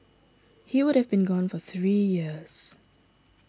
he would have been gone for three years